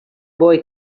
boy